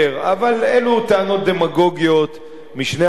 אבל אלו טענות דמגוגיות משני הצדדים,